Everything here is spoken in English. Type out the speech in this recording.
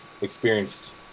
experienced